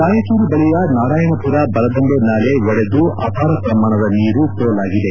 ರಾಯಚೂರು ಬಳಿಯ ನಾರಾಯಣಪುರ ಬಲದಂಡೆ ನಾಲೆ ಒಡೆದು ಅಪಾರ ಪ್ರಮಾಣದ ನೀರು ಪೋಲಾಗಿದೆ